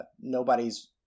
nobody's